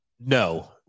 No